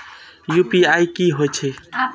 UPI की हेछे?